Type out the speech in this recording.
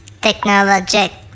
technologic